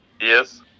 Yes